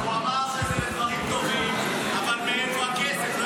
הוא אמר שזה לדברים טובים, אבל מאיפה הכסף.